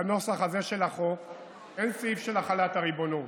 בנוסח הזה של החוק אין סעיף של החלת הריבונות.